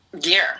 gear